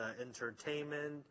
entertainment